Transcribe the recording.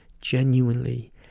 genuinely